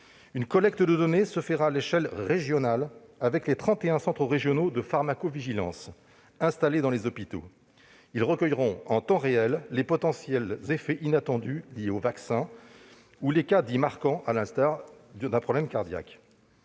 Une collecte de donnée se fera à l'échelle régionale, avec les 31 centres régionaux de pharmacovigilance installés dans les hôpitaux. Ils recueilleront en temps réel les potentiels effets inattendus liés aux vaccins ou les cas dits « marquants », par exemple les problèmes cardiaques.